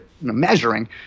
measuring